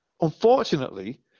unfortunately